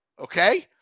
okay